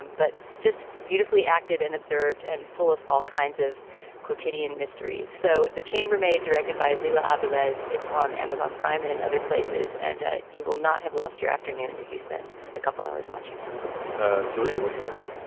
um but just beautifully acted and observed and full of all kinds of quotidian mysteries. so the chambermaid directed by lila aviles, it's on amazon prime in and other places. and ah you will not have lost your afternoon if you spend a couple hours watching it ah julia, what do you got?